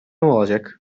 olacak